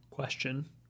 question